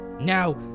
Now